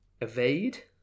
evade